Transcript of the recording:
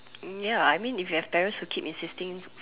ya I mean if you have parents who keep insisting